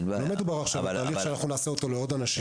לא מדובר עכשיו על תהליך שנעשה לעוד אנשים.